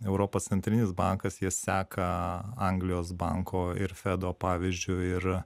europos centrinis bankas jie seka anglijos banko ir fedo pavyzdžiu ir